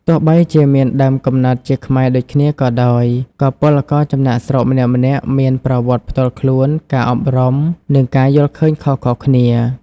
ទោះបីជាមានដើមកំណើតជាខ្មែរដូចគ្នាក៏ដោយ ក៏ពលករចំណាកស្រុកម្នាក់ៗមាន ប្រវត្តិផ្ទាល់ខ្លួន ការអប់រំ និងការយល់ឃើញខុសៗគ្នា ។